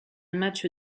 match